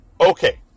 Okay